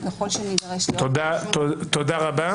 וככל שנידרש --- תודה רבה.